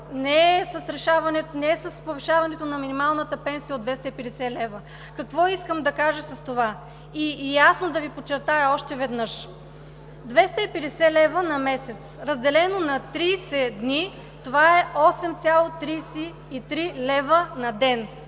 не е с повишаването на минималната пенсия от 250 лв. Какво искам да кажа с това и ясно да Ви подчертая още веднъж? Двеста и петдесет лева на месец, разделено на 30 дни, това е 8,33 лв. на ден.